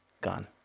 gone